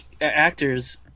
actors